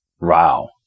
Wow